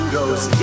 goes